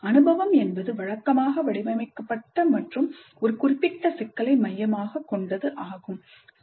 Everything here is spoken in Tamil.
அனுபவம் என்பது வழக்கமாக வடிவமைக்கப்பட்ட மற்றும் ஒரு குறிப்பிட்ட சிக்கலை மையமாகக் கொண்டது ஆகும்